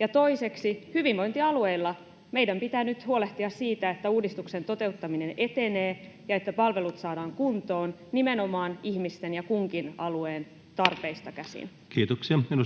Ja toiseksi, hyvinvointialueilla meidän pitää nyt huolehtia siitä, että uudistuksen toteuttaminen etenee ja että palvelut saadaan kuntoon nimenomaan ihmisten ja kunkin alueen tarpeista käsin. [Speech